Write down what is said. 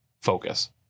focus